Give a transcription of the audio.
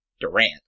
Durant